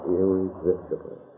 irresistible